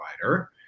provider